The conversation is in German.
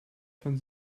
von